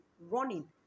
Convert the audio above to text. running